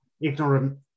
ignorant